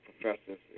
professors